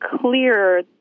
clear